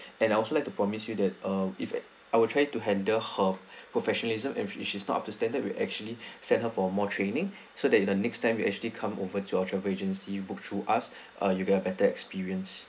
and I would like to promise you that uh if I will try to handle her professionalism and if she is not up to standard we'll actually send her for more training so that the next time you actually come over to our travel agency book through us uh you get a better experience